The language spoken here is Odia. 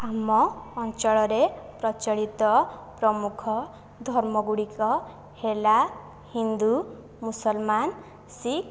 ଆମ ଅଞ୍ଚଳରେ ପ୍ରଚଳିତ ପ୍ରମୁଖ ଧର୍ମଗୁଡ଼ିକ ହେଲା ହିନ୍ଦୁ ମୁସଲମାନ ଶିଖ